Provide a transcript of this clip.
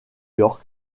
york